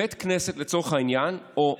בית כנסת, לצורך העניין, או,